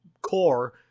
core